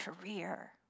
career